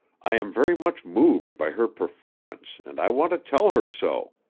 i am very much moved by her performance and i want to tell her so.